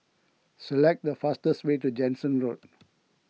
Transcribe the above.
select the fastest way to Jansen Road